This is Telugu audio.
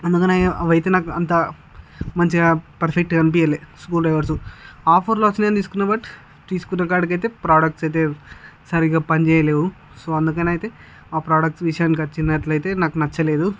అందుకనే అవి అయితే అంత మంచిగా పర్ఫెక్ట్గా అనిపియ్యలే స్కూ డ్రైవర్స్ ఆఫర్లో వస్తున్నాయి అని తీసుకున్న బట్ తీసుకున్నకాడికి అయితే ప్రోడక్ట్స్ అయితే సరిగ్గా పనిచేయలేదు సో అందుకని అయితే ఆ ప్రోడక్ట్స్ విషయానికి వచ్చినట్లు అయితే నాకు నచ్చలేదు